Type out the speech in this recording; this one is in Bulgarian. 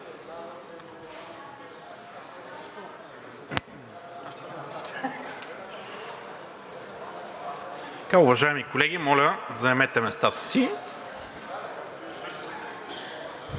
Уважаеми колеги, моля, заемете местата си!